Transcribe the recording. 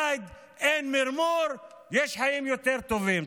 אין אפרטהייד, אין מרמור, יש חיים יותר טובים.